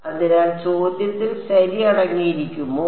അതിനാൽ ചോദ്യത്തിൽ ശരി അടങ്ങിയിരിക്കുമോ